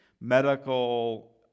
medical